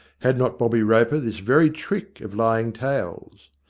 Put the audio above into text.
had not bobby roper this very trick of lying tales?